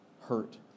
hurt